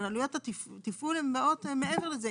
הן מעבר לזה.